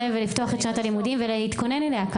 ולפתוח את שנת הלימודים ולהתכונן אליה?